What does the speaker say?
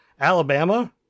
Alabama